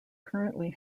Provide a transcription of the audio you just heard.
currently